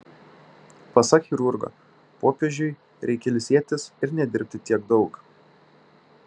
pasak chirurgo popiežiui reikia ilsėtis ir nedirbti tiek daug